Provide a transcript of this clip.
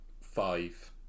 five